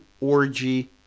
orgy